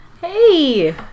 Hey